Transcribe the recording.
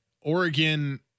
Oregon